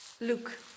Luke